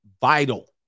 vital